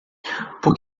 por